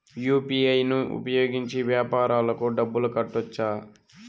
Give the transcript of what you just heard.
UPI ను ఉపయోగించి వ్యాపారాలకు డబ్బులు కట్టొచ్చా?